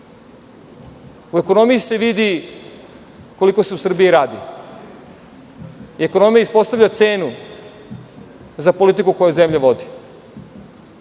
U ekonomiji se vidi koliko se u Srbiji radi i ekonomija ispostavlja cenu za politiku koju zemlja vodi.